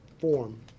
form